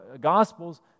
Gospels